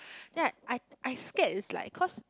then I I scared it's like cause